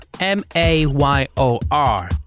M-A-Y-O-R